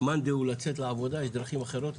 מאן דהוא לצאת לעבודה, יש דרכים אחרות.